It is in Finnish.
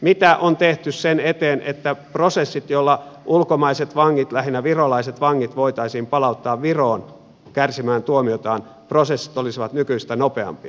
mitä on tehty sen eteen että prosessit joilla ulkomaiset vangit lähinnä virolaiset vangit voitaisiin palauttaa viroon kärsimään tuomiotaan olisivat nykyistä nopeampia